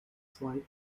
zwei